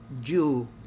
Jew